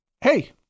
hey